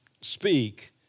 speak